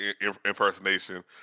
impersonation